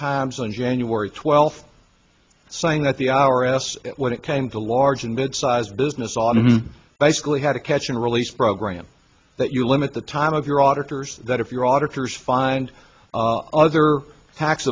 times on january twelfth saying that the our s when it came to large and mid sized business on basically had a catch and release program that you limit the time of your auditors that if your auditor's find other tax